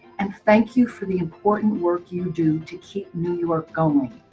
and thank you for the important work you do to keep new york going.